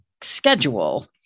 schedule